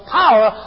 power